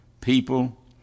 people